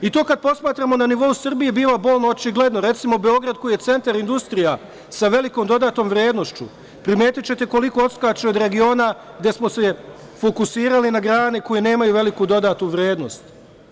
To kada posmatramo na nivou Srbije, bilo bolno očigledno, recimo, Beograd koji je centar industrija, sa velikom dodatom vrednošću, primetićete koliko odskače od regiona, gde smo se svi fokusirali na grane koje nemaju veliku dodatu vrednost.